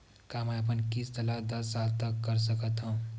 का मैं अपन किस्त ला दस साल तक कर सकत हव?